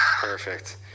Perfect